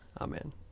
amen